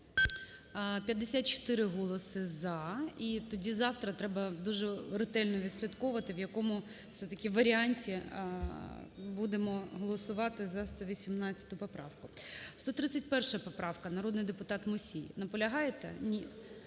54 голоси "за". І тоді завтра треба дуже ретельно відслідковувати, в якому все-таки варіанті будемо голосувати за 118 поправку. 131 поправка. Народний депутат Мусій. Наполягаєте? Ні.